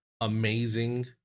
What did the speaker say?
amazing